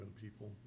people